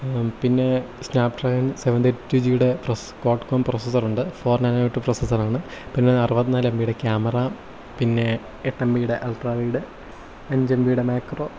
പിന്നെ Snapdragon seven thirty ജിയുടെ Qualcomm processor ഉണ്ട് ഫോർ നാനോമീറ്റർ പ്രോസസ്സർ ആണ് പിന്നെ അറുപത്തിനാല് എം ബിയുടെ ക്യാമറ പിന്നെ എട്ട് എം ബിയുടെ അൾട്രാ വൈഡ് അഞ്ച് എം ബിയുടെ മാക്രോ